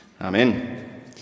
Amen